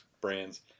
brands